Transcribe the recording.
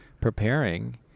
preparing